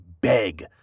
beg